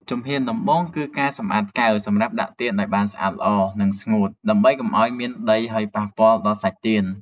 ជំហានដំបូងគឺការសម្អាតកែវសម្រាប់ដាក់ទៀនឱ្យបានស្អាតល្អ និងស្ងួត ដើម្បីកុំឱ្យមានដីហុយប៉ះពាល់ដល់សាច់ទៀន។